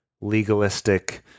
legalistic